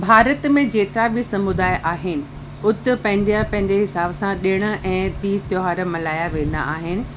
भारत में जेतिरा बि समुदाय आहिनि उहे पंहिंजे पंहिंजे हिसाब सां ॾिण ऐं तीज़ त्योहार मल्हाया वेंदा आहिनि